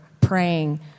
praying